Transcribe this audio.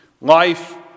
Life